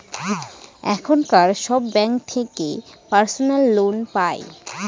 এখনকার সময় সব ব্যাঙ্ক থেকে পার্সোনাল লোন পাই